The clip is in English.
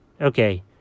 Okay